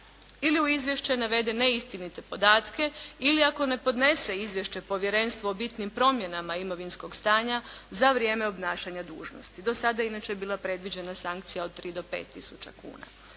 ili u izvješće navede neistinite podatke, ili ako ne podnese izvješće povjerenstvu o bitnim promjenama imovinskog stanja za vrijeme obnašanja dužnosti. Do sada je, inače, bila predviđena sankcija od 3 do 5 tisuća kuna.